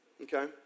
Okay